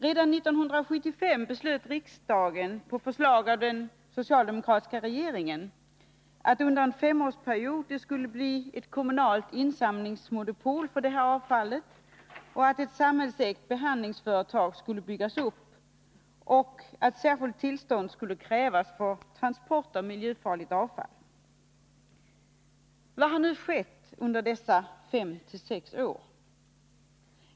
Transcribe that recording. Redan 1975 beslöt riksdagen på förslag av den socialdemokratiska regeringen att det under en femårsperiod skulle bli ett kommunalt insamlingsmonopol för avfallet och att ett samhällsägt behandlingsföretag skulle byggas upp. Särskilt tillstånd skulle krävas för transport av miljöfarligt avfall. Vad har nu skett under dessa fem sex år?